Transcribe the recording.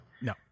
No